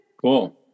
Cool